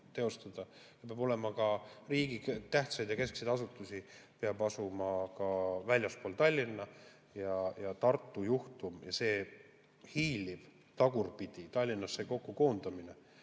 [mujalgi] ja riigi tähtsaid ja keskseid asutusi peab asuma ka väljaspool Tallinna. Tartu juhtum ja see hiiliv tagurpidi Tallinnasse kokku koondamine